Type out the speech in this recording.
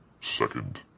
second